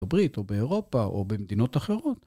בברית או באירופה או במדינות אחרות...